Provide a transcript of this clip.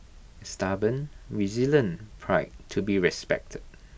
A stubborn resilient pride to be respected